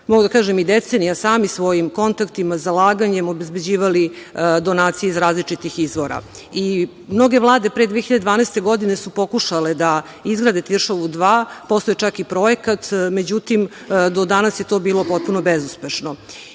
mogu da kažem i decenija sami svojim kontaktima, zalaganjem obezbeđivali donacije iz različitih izvora i mnoge vlade pre 2012. godine su pokušale da izgrade „Tiršovu 2“ postojao je čak i projekat, međutim do danas je to bilo potpuno bezuspešno. Osnovni